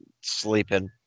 sleeping